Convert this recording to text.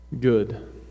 good